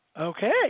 Okay